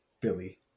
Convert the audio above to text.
Billy